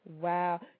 Wow